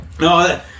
No